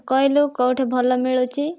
କହିଲୁ କେଉଁଠି ଭଲ ମିଳୁଛି